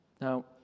Now